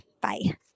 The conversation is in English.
Bye